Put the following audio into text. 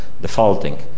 defaulting